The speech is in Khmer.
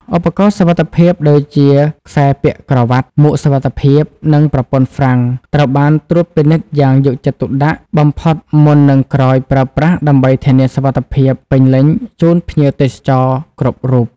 ឧបករណ៍សុវត្ថិភាពដូចជាខ្សែពាក់ក្រវ៉ាត់ មួកសុវត្ថិភាព និងប្រព័ន្ធហ្វ្រាំងត្រូវបានត្រួតពិនិត្យយ៉ាងយកចិត្តទុកដាក់បំផុតមុន និងក្រោយប្រើប្រាស់ដើម្បីធានាសុវត្ថិភាពពេញលេញជូនភ្ញៀវទេសចរគ្រប់រូប។